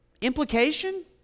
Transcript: Implication